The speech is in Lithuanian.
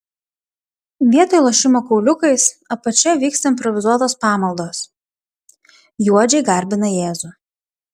vietoj lošimo kauliukais apačioje vyksta improvizuotos pamaldos juodžiai garbina jėzų